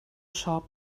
shop